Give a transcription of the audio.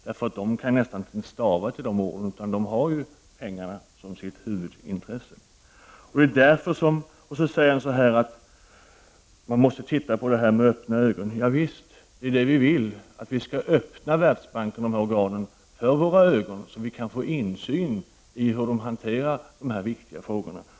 De kan ju knappast stava till dessa ord, utan de har pengarna som sitt huvudintresse. Arne Kjörnsberg säger också att man måste se på detta med öppna ögon. Javisst, vi vill att våra ögon skall öppnas så att vi kan få insyn i hur världsbanksorganen hanterar dessa viktiga frågor.